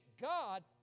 God